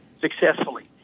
successfully